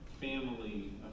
family